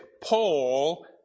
Paul